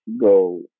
go